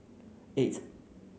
eight